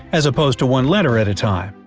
as opposed to one letter at a time.